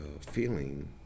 feeling